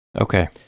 Okay